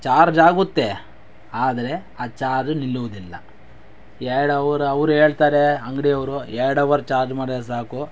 charge ಆಗುತ್ತೆ ಆದರೆ ಆ ಚಾರ್ಜ್ ನಿಲ್ಲುವುದಿಲ್ಲ ಎರಡು ಅವರ್ ಅವರು ಹೇಳ್ತಾರೆ ಅಂಗಡಿ ಅವರು ಎರಡು ಅವರ್ ಚಾರ್ಜ್ ಮಾಡಿದರೆ ಸಾಕು